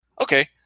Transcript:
Okay